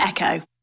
Echo